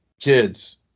kids